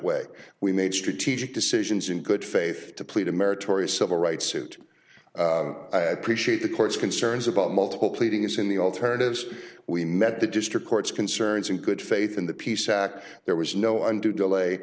way we made strategic decisions in good faith to plead a meritorious civil rights suit i appreciate the court's concerns about multiple pleading as in the alternatives we met the district court's concerns in good faith in the peace act there was no undue delay